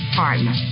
partner